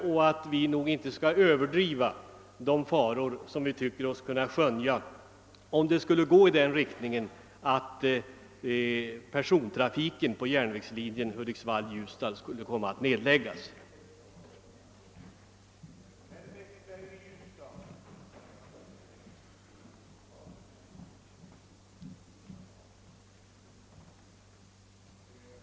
Vi behöver väl inte överdriva de faror vi tycker oss skönja om persontrafiken på järnvägslinjen Hudiks vall—Ljusdal skulle komma att läggas ned.